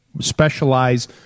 specialize